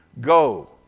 Go